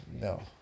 No